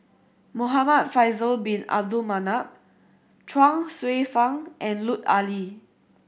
Muhamad Faisal Bin Abdul Manap Chuang Hsueh Fang and Lut Ali